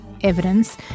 evidence